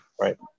right